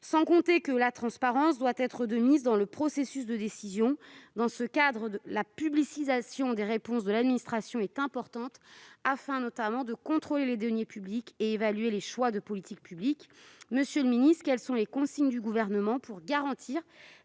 De surcroît, la transparence doit être de mise dans le processus de décision. Dans ce cadre, la publicisation des réponses de l'administration est importante, notamment afin de contrôler les deniers publics et d'évaluer les choix de politique publique. Monsieur le ministre, quelles sont les consignes du Gouvernement pour garantir